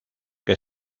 que